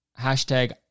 hashtag